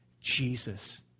Jesus